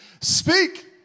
Speak